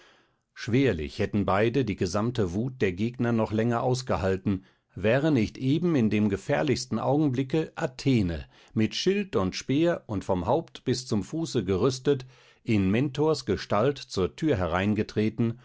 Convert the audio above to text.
schwerlich hätten beide die gesamte wut der gegner noch langer ausgehalten wäre nicht eben in dem gefährlichsten augenblicke athene mit schild und speer und vom haupt bis zum fuße gerüstet in mentors gestalt zur thür herein